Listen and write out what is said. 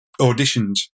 auditions